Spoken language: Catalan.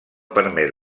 permet